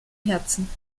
herzen